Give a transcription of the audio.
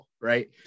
right